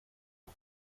que